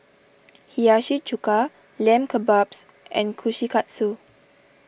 Hiyashi Chuka Lamb Kebabs and Kushikatsu